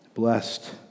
blessed